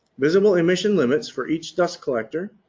visible emission limits for each dust collector,